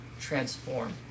transform